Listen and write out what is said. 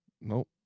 Nope